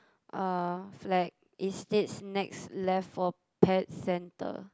uh flag it states next left for pet centre